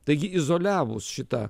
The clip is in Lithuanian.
taigi izoliavus šitą